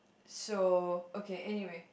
so okay anyway